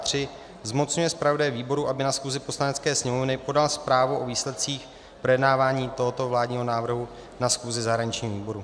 III. zmocňuje zpravodaje výboru, aby na schůzi Poslanecké sněmovny podal zprávu o výsledcích projednávání tohoto vládního návrhu na schůzi zahraničního výboru.